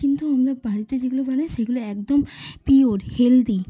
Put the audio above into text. কিন্তু আমরা বাড়িতে যেগুলো বানাই সেগুলো একদম পিওর হেলদি